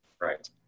right